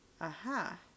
aha